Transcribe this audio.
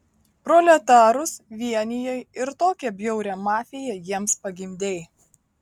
proletarus vienijai ir tokią bjaurią mafiją jiems pagimdei